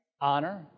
honor